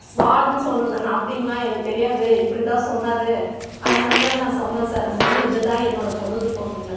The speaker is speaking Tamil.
ஸ்வாடுன்னு சொல்லணும்னு அப்படிங்களா எனக்கு தெரியாது இப்படி தான் சொன்னார் அதனால நான் சொன்னேன் சார் அப்படின்னு இது தான் என்னோடய பொழுதுபோக்குங்க